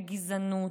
בגזענות,